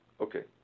Okay